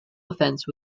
offence